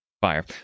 Fire